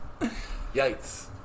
Yikes